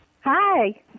hi